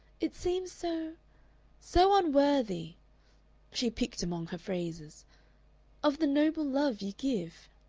it seems so so unworthy she picked among her phrases of the noble love you give